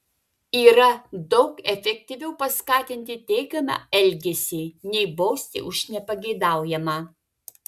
yra daug efektyviau paskatinti teigiamą elgesį nei bausti už nepageidaujamą